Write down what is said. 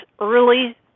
early